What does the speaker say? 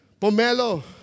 pomelo